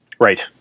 Right